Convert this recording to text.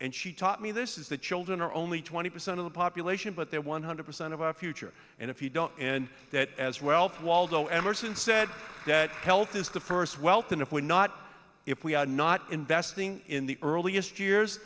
and she taught me this is that children are only twenty percent of the population but they're one hundred percent of our future and if you don't and that as wealth waldo emerson said that health is the first wealth and if we're not if we are not investing in the earliest years